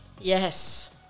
Yes